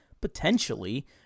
Potentially